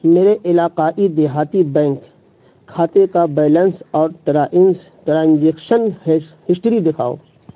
میرے علاقائی دیہاتی بینک کھاتے کا بیلنس اور ٹرائنس ٹرانجیکشن ہسٹری دکھاؤ